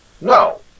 no